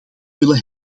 willen